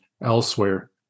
elsewhere